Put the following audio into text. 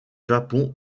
japon